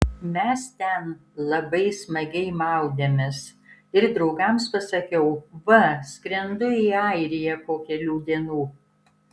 mes ten labai smagiai maudėmės ir draugams pasakiau va skrendu į airiją po kelių dienų